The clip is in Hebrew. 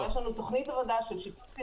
יש לנו תוכנית עבודה של שיתוף ציבור.